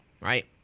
right